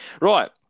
Right